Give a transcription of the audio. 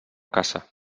caça